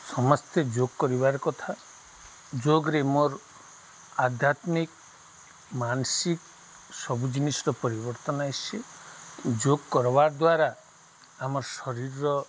ସମସ୍ତେ ଯୋଗ୍ କରିବାର କଥା ଯୋଗ୍ରେ ମୋର୍ ଆଧ୍ୟାତ୍ମିକ ମାନସିକ ସବୁ ଜିନିଷର ପରିବର୍ତ୍ତନ ଆଏସି ଯୋଗ୍ କର୍ବାର୍ ଦ୍ୱାରା ଆମର୍ ଶରୀର୍ର